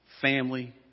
family